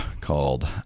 called